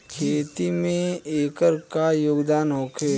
खेती में एकर का योगदान होखे?